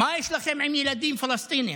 מה יש לכם עם ילדים פלסטינים?